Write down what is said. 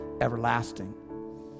everlasting